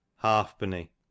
Halfpenny